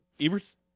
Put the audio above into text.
Ebert's